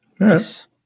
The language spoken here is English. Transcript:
Yes